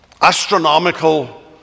astronomical